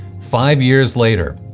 five years later,